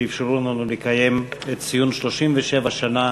שאפשרו לנו לקיים את ציון 37 שנה